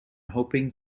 hoping